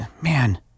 Man